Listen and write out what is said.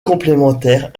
complémentaires